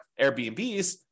Airbnbs